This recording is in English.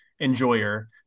enjoyer